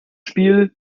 spiel